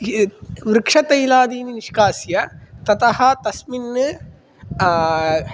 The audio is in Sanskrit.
वृक्षतैलादीनि निष्कास्य ततः तस्मिन्